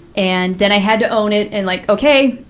and then i had to own it and like, okay,